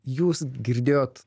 jūs girdėjot